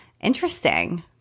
interesting